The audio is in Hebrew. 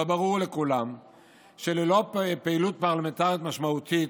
אבל ברור לכולם שללא פעילות פרלמנטרית משמעותית,